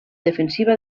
defensiva